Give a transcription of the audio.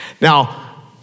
Now